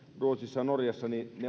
ruotsissa ja norjassa